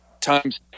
times